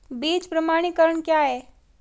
बीज प्रमाणीकरण क्या है?